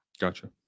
Gotcha